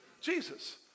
Jesus